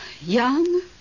Young